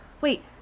wait